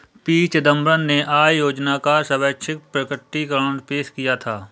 P Chidambaram ने आय योजना का स्वैच्छिक प्रकटीकरण पेश किया था